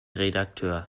redakteur